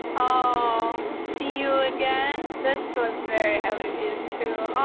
oh, see you again. this was very highly viewed too.